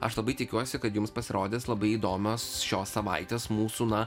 aš labai tikiuosi kad jums pasirodys labai įdomios šios savaitės mūsų na